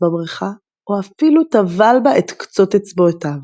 בברכה או אפלו טבל בה את קצות אצבעותיו.